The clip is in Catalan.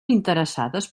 interessades